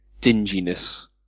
dinginess